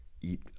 eat